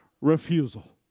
refusal